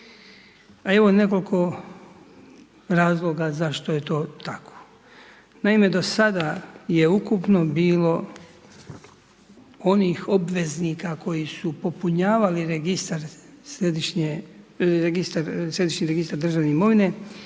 A evo i nekoliko razloga zašto je to tako. Naime, do sada je ukupno bilo onih obveznika koji su popunjavali registar središnje,